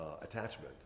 attachment